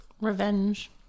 revenge